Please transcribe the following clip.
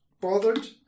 bothered